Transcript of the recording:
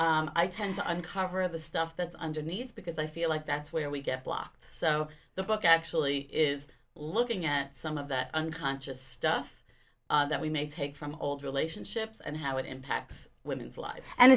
i tend to uncover the stuff that's underneath because i feel like that's where we get blocked so the book actually is looking at some of the unconscious stuff that we may take from old relationships and how it impacts women's lives and